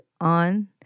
On